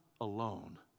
alone